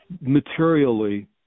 materially